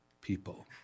people